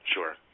Sure